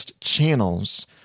channels